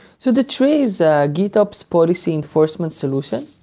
so datree is a gitops policy enforcement solution.